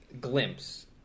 glimpse